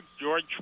George